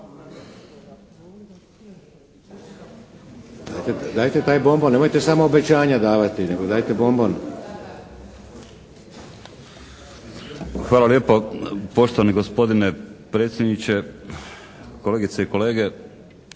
Dajte taj bombon, nemojte samo obećanja davati nego dajte bombon. **Pecek, Željko (HSS)** Hvala lijepo, poštovani gospodine predsjedniče, kolegice i kolege,